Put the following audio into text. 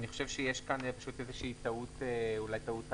אני חושב שיש כאן איזושהי טעות, אולי טעות הקלדה.